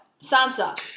Sansa